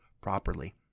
properly